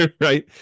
right